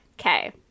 okay